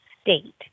state